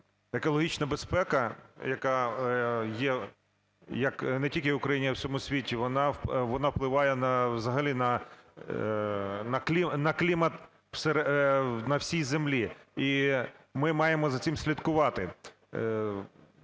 екологічна безпека, яка є не тільки в Україні, а й в усьому світі, вона впливає на... взагалі на клімат на всій Землі і ми маємо за цим слідкувати.